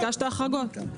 ביקשת החרגות.